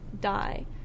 die